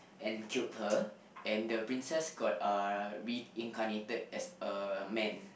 and killed her and the princess got uh reincarnated as a man